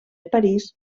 parís